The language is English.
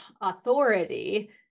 authority